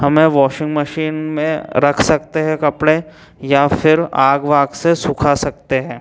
हमें washing machine में रख सकते हैं कपड़े या फिर आग वाग से सूखा सकते हैं